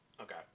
Okay